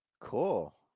Cool